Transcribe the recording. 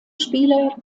spieler